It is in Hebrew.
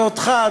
ואותך,